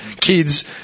kids